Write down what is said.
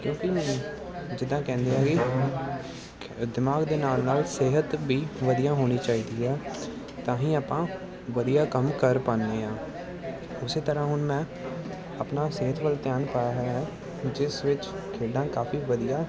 ਕਿਉਂਕਿ ਜਿੱਦਾਂ ਕਹਿੰਦੇ ਆ ਕਿ ਦਿਮਾਗ ਦੇ ਨਾਲ ਨਾਲ ਸਿਹਤ ਵੀ ਵਧੀਆ ਹੋਣੀ ਚਾਹੀਦੀ ਆ ਤਾਂ ਹੀ ਆਪਾਂ ਵਧੀਆ ਕੰਮ ਕਰ ਪਾਉਂਦੇ ਹਾਂ ਉਸ ਤਰ੍ਹਾਂ ਹੁਣ ਮੈਂ ਆਪਣਾ ਸਿਹਤ ਵੱਲ ਧਿਆਨ ਪਾਇਆ ਹੋਇਆ ਹੈ ਜਿਸ ਵਿੱਚ ਖੇਡਾਂ ਕਾਫੀ ਵਧੀਆ